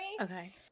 Okay